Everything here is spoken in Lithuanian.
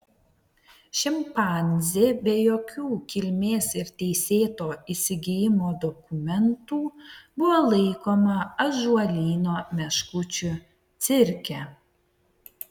šimpanzė be jokių kilmės ir teisėto įsigijimo dokumentų buvo laikoma ąžuolyno meškučių cirke